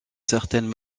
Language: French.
certaines